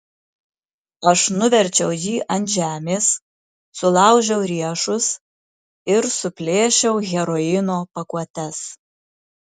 aš nuverčiau jį ant žemės sulaužiau riešus ir suplėšiau heroino pakuotes